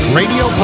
radio